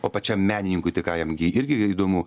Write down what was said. o pačiam menininkui tai ką jam gi irgi įdomu